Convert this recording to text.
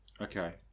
Okay